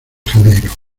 janeiro